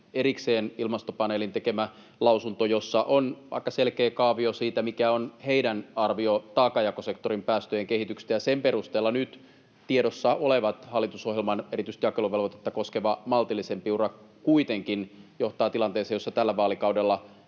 erikseen Ilmastopaneelin tekemä lausunto, jossa on aika selkeä kaavio siitä, mikä on heidän arvionsa taakanjakosektorin päästöjen kehityksestä. Sen perusteella nyt tiedossa oleva hallitusohjelman erityisesti jakeluvelvoitetta koskeva maltillisempi ura kuitenkin johtaa tilanteeseen, jossa tällä vaalikaudella